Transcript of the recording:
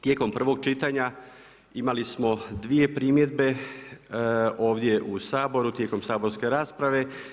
Tijekom prvog čitanja imali smo dvije primjedbe ovdje u Saboru tijekom saborske rasprave.